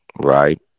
right